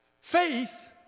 Faith